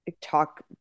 talk